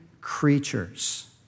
creatures